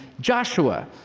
Joshua